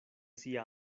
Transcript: sia